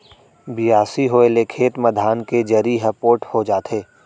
बियासी होए ले खेत म धान के जरी ह पोठ हो जाथे